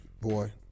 Boy